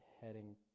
heading